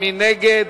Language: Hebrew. מי נגד?